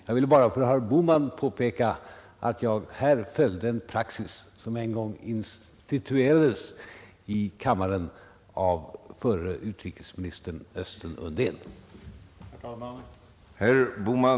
Jag vill bara påpeka för herr Bohman att jag här har följt en praxis, som en gång initierades i riksdagen av förre utrikesministern Östen Undén.